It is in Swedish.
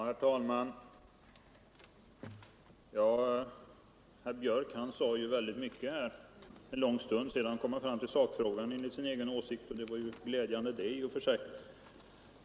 Herr talman! Herr Björck i Nässjö sade väldigt mycket här under en lång stund. Sedan kom han fram till sakfrågan, enligt sin egen åsikt, och det var ju glädjande i och för sig.